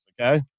okay